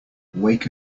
wake